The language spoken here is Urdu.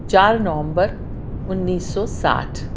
چار نومبر انیس سو ساٹھ